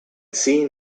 seen